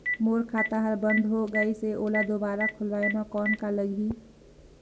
मोर खाता हर बंद हो गाईस है ओला दुबारा खोलवाय म कौन का लगही?